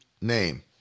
name